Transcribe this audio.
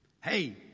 hey